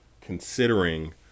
considering